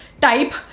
type